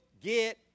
get